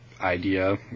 idea